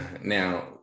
Now